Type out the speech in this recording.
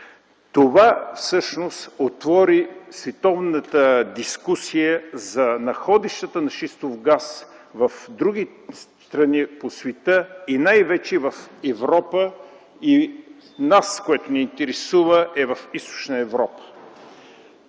Това всъщност отвори световната дискусия за находищата на шистов газ в други страни по света и най-вече в Европа и нас, което ни интересува в Източна Европа.